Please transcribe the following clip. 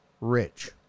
Rich